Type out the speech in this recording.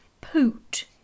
Poot